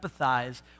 empathize